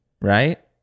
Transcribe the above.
right